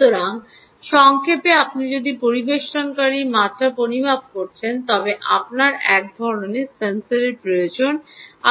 সুতরাং সংক্ষেপে আপনি যদি পরিবেষ্টনকারী তাপমাত্রা পরিমাপ করছেন তবে আপনার এক ধরণের সেন্সর প্রয়োজন